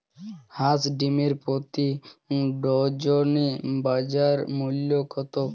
হাঁস ডিমের প্রতি ডজনে বাজার মূল্য কত?